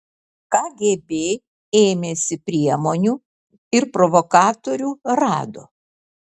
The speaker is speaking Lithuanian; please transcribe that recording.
kgb ėmėsi priemonių ir provokatorių rado